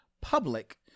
Public